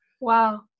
wow